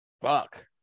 Fuck